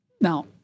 Now